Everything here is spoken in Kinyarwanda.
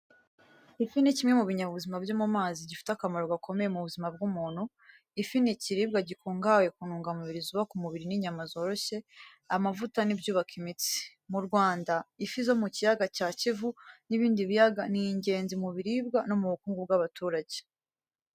Ifi ni kimwe mu binyabuzima byo mu mazi gifite akamaro gakomeye mu buzima bwa muntu. Ifi ni ikiribwa gikungahaye ku ntungamubiri zubaka umubiri n’inyama zoroshye, amavuta n’ibyubaka imitsi. Mu Rwanda, ifi zo mu kiyaga cya Kivu n’ibindi biyaga ni ingenzi mu biribwa no mu bukungu bw’abaturage.